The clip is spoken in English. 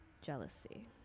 jealousy